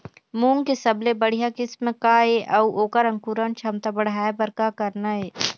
मूंग के सबले बढ़िया किस्म का ये अऊ ओकर अंकुरण क्षमता बढ़ाये बर का करना ये?